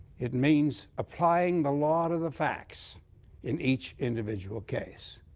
it means applying the law to the facts in each individual case.